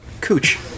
cooch